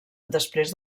després